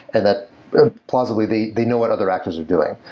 and that possibly they they know what other actors are doing.